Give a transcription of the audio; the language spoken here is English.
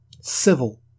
civil